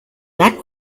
that